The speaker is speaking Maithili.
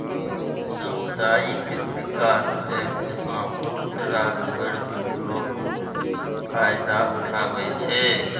सामुदायिक बिकास बैंक सँ बहुत रास गरजु लोक फायदा उठबै छै